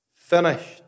finished